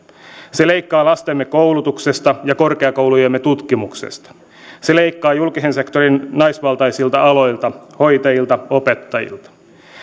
se leikkaa lastemme koulutuksesta ja korkeakoulujemme tutkimuksesta se leikkaa julkisen sektorin naisvaltaisilta aloilta hoitajilta opettajilta